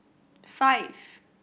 five